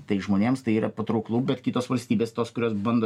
tai žmonėms tai yra patrauklu bet kitos valstybės tos kurios bando